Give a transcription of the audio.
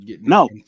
no